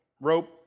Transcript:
rope